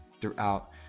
throughout